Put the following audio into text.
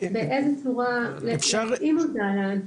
באיזה צורה להתאים אותן.